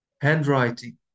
handwriting